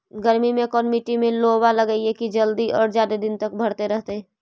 गर्मी में कोन मट्टी में लोबा लगियै कि जल्दी और जादे दिन तक भरतै रहतै?